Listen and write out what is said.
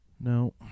No